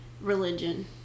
religion